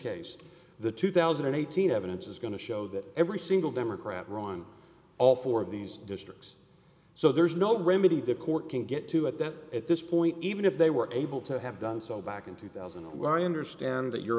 case the two thousand and eighteen evidence is going to show that every single democrat wrong on all four of these districts so there's no remedy the court can get to at that at this point even if they were able to have done so back in two thousand when i understand that you